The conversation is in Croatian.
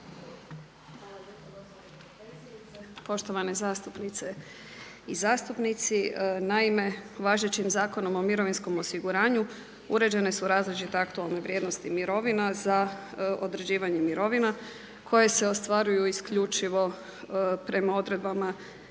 potpredsjednice, poštovane zastupnice i zastupnici. Naime, važećim Zakonom o mirovinskom osiguranju uređene su različite aktualne vrijednosti mirovina za određivanje mirovina koje se ostvaruju isključivo prema odredbama